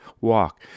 walk